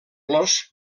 los